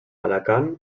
alacant